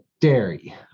dairy